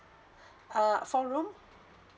uh four room